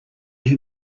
who